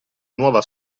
nuova